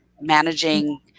managing